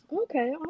Okay